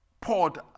poured